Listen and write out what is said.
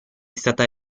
stata